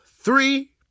three